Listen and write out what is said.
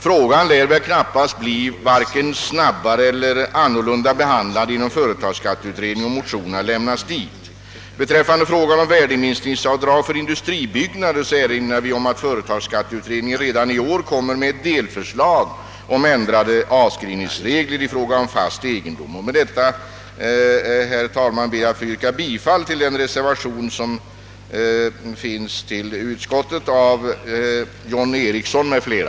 Frågan lär väl inte bli vare sig snabbare eller annorlunda behandlad inom företagsskatteutredningen, om motionerna överlämnas dit. Beträffande frågan om värdeminskningsavdrag för industribyggnader erinrar vi om att företagsskatteutredningen redan i år kommer att lägga fram ett delförslag om ändrade avskrivningsregler för fast egendom. Herr talman! Med det anförda ber jag att få yrka bifall till den vid utskottets betänkande avgivna reservationen av herr John Ericsson m.fl.